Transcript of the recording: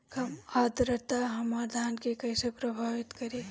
कम आद्रता हमार धान के कइसे प्रभावित करी?